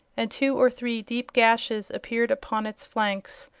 and two or three deep gashes appeared upon its flanks,